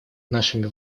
нашими